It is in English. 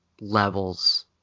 levels